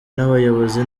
n’abayobozi